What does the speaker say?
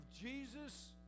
Jesus